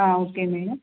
okay madam